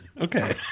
Okay